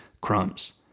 crumbs